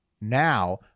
now